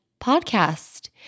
podcast